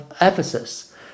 ephesus